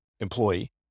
employee